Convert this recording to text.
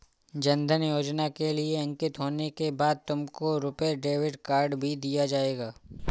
जन धन योजना के लिए अंकित होने के बाद तुमको रुपे डेबिट कार्ड भी दिया जाएगा